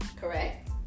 correct